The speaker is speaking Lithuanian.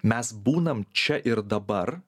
mes būnam čia ir dabar